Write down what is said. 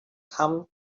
come